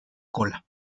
cola